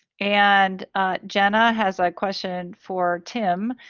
and jenna has a question for tim,